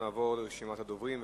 נעבור לרשימת הדוברים.